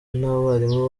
n’abarimu